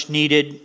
needed